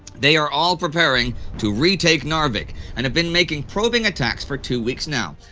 they are all preparing to re-take narvik, and have been making probing attacks for two weeks now.